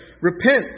Repent